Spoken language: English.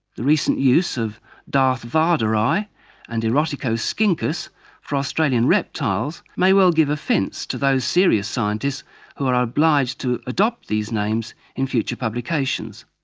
the recent use of darth vaderi and eroticoscincus for australian reptiles may well give offence to those serious scientists who are are obliged to adopt these names in future publications.